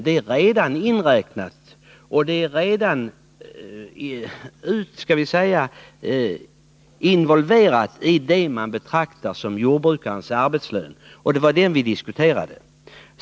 Det är redan inräknat i det man betraktar som jordbrukarens arbetslön, och det var den vi diskuterade.